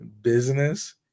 business